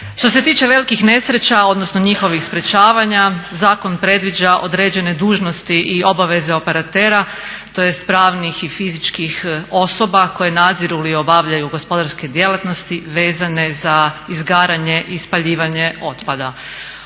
Što se tiče velikih nesreća odnosno njihovih sprječavanja zakon predviđa određene dužnosti i obaveze operatera tj. pravnih i fizičkih osoba koje nadziru ili obavljaju gospodarske djelatnosti vezane za izgaranje i spaljivanje otpada.